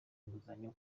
inguzanyo